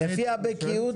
לשבת.